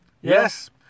yes